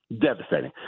Devastating